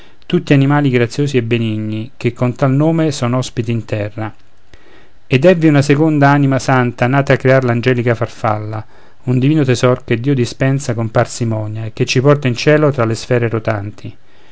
tutti animali graziosi e benigni che con tal nome son ospiti in terra ed èvvi una seconda anima santa nata a crear l'angelica farfalla un divino tesor che dio dispensa con parsimonia e che ci porta in cielo tra le sfere rotanti